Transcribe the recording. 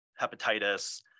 hepatitis